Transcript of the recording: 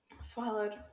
Swallowed